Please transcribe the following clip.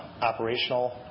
operational